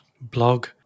blog